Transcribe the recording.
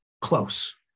close